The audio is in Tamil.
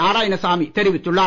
நாராயணசாமி தெரிவித்துள்ளார்